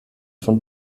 von